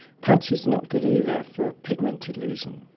punch is not good either for a pigmented lesion,